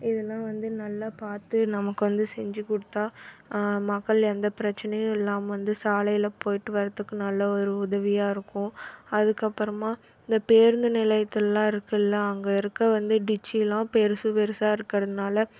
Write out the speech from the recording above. இதெல்லாம் வந்து நல்லா பார்த்து நமக்கு வந்து செஞ்சு கொடுத்தா மக்கள் எந்த பிரச்சினையும் இல்லாமல் வந்து சாலையில் போய்விட்டு வரதுக்கு நல்ல ஒரு உதவியாக இருக்கும் அதுக்கப்புறமா இந்த பேருந்து நிலையத்துலெலாம் இருக்கில்ல அங்கே இருக்க வந்து டிச்செலாம் பெருசு பெருசாக இருக்கிறதுனால